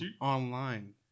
online